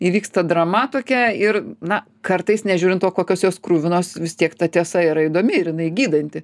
įvyks ta drama tokia ir na kartais nežiūrint to kokios jos kruvinos vis tiek ta tiesa yra įdomi ir jinai gydanti